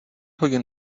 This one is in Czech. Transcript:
hodin